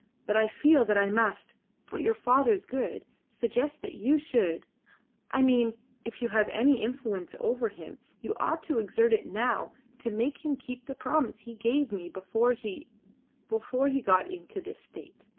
but i feel that i must for your father's good suggest that you should i mean if you have any influence over him you ought to exert it now to make him keep the promise he gave me before he before he got into this state.